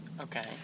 Okay